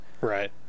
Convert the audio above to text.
Right